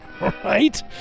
right